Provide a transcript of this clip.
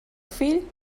fill